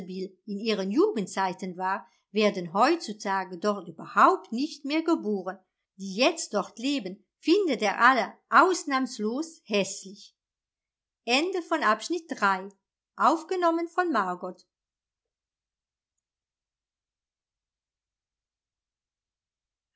in ihren jugendzeiten war werden heutzutage dort überhaupt nicht mehr geboren die jetzt dort leben findet er alle ausnahmslos